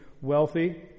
wealthy